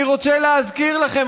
אני רוצה להזכיר לכם,